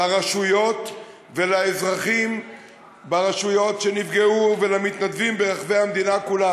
לרשויות ולאזרחים ברשויות שנפגעו ולמתנדבים ברחבי המדינה כולה.